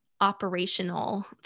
operational